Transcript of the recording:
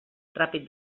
ràpid